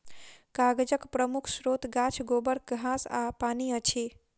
कागजक प्रमुख स्रोत गाछ, गोबर, घास आ पानि अछि